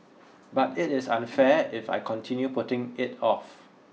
but it is unfair if I continue putting it off